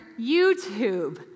YouTube